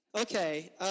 Okay